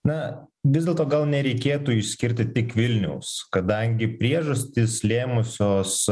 na vis dėlto gal nereikėtų išskirti tik vilniaus kadangi priežastys lėmusios